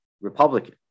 Republican